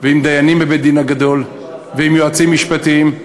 ועם דיינים בבית-הדין הגדול, ועם יועצים משפטיים,